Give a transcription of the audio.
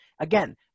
Again